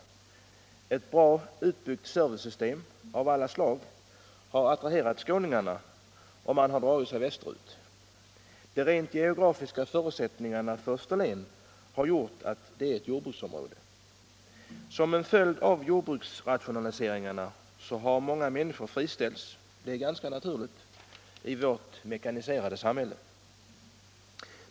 Ett i alla avseenden bra utbyggt servicesystem har attraherat skåningarna, och de har dragit sig västerut. De rent geografiska förutsättningarna för Österlen har gjort att det är ett jordbruksområde. Som en följd av jordbruksrationaliseringarna har många människor friställts — det är ganska naturligt i vårt mekaniserade samhälle.